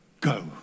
go